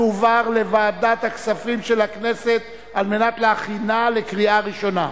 תועבר לוועדת הכספים של הכנסת כדי להכינה לקריאה ראשונה.